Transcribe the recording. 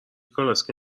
کالسکه